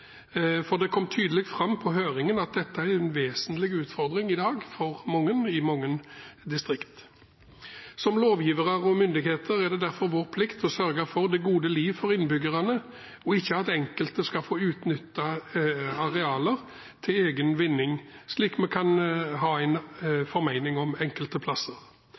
for det kom tydelig fram på høringen at dette er en vesentlig utfordring i dag for mange i mange distrikt. Som lovgivere og myndigheter er det vår plikt å sørge for det gode liv for innbyggerne, og at ikke enkelte skal få utnytte arealer til egen vinning, slik vi kan ha en formening om enkelte plasser.